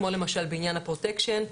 כמו למשל בעניין הפרוטקשן,